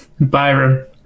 Byron